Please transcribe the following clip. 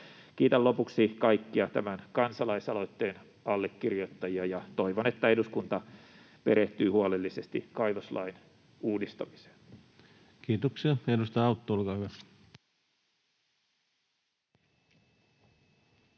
Kiitän lopuksi kaikkia tämän kansalaisaloitteen allekirjoittajia, ja toivon, että eduskunta perehtyy huolellisesti kaivoslain uudistamiseen. [Speech 184] Speaker: